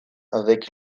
avec